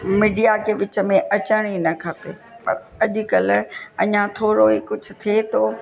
media खे विच में अचण ई न खपे पर अॼुकल्ह अञा थोरो ई कुझु थिए थो